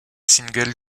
singles